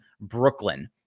Brooklyn